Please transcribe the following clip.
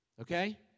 Okay